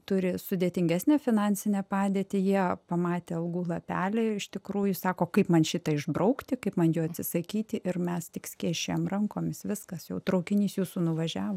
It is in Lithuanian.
turi sudėtingesnę finansinę padėtį jie pamatę algų lapelį iš tikrųjų sako kaip man šitą išbraukti kaip man jo atsisakyti ir mes tik skėsčiojam rankomis viskas jau traukinys jūsų nuvažiavo